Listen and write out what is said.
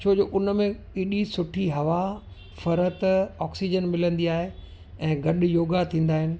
छो जो उन में ऐॾी सुठी हवा फ़रत ऑक्सीज़न मिलंदी आहे ऐं गॾु योगा थींदा आहिनि